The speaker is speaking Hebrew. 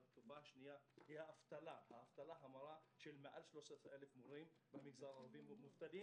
התופעה השנייה היא האבטלה המרה של מעל 13,000 מורים במגזר היהודי.